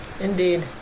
indeed